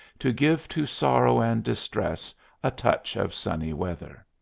to give to sorrow and distress a touch of sunny weather.